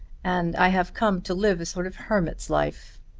and i have come to live a sort of hermit's life.